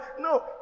no